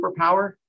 superpower